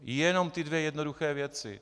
Jenom ty dvě jednoduché věci.